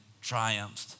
triumphed